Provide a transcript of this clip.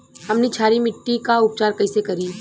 हमनी क्षारीय मिट्टी क उपचार कइसे करी?